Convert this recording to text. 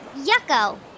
Yucko